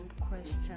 question